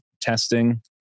testing